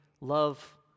love